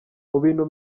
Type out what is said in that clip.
mubintu